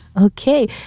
Okay